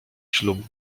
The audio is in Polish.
ślubu